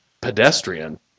pedestrian